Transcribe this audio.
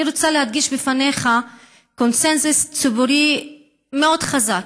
אני רוצה להדגיש בפניך קונסנזוס ציבורי מאוד חזק,